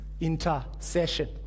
intercession